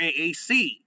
AAC